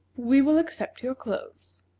we will accept your clothes.